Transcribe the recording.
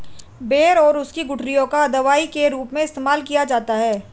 बेर और उसकी गुठलियों का दवाई के रूप में भी इस्तेमाल किया जाता है